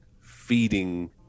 feeding